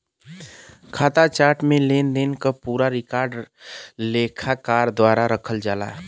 खाता चार्ट में लेनदेन क पूरा रिकॉर्ड लेखाकार द्वारा रखल जाला